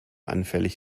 anfällig